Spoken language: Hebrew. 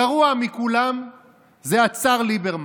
הגרוע מכולם זה הצאר ליברמן,